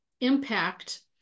impact